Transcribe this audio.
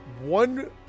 One